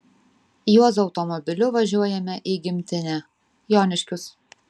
juozo automobiliu važiuojame į gimtinę joniškius